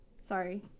sorry